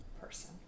person